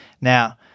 now